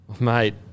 Mate